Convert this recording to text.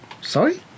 Sorry